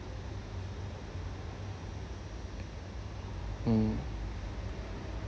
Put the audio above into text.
mm